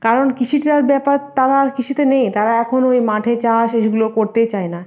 কারণ কৃষিটার ব্যাপার তারা আর কৃষিতে নেই তারা এখন ওই মাঠে চাষ গুলো করতেই চায় না